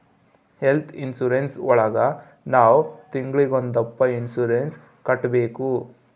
health insurance ಒಳಗ ನಾವ್ ತಿಂಗ್ಳಿಗೊಂದಪ್ಪ ಇನ್ಸೂರೆನ್ಸ್ ಕಟ್ಟ್ಬೇಕು